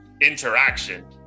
interaction